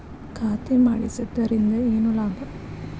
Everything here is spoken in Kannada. ಖಾತೆ ಮಾಡಿಸಿದ್ದರಿಂದ ಏನು ಲಾಭ?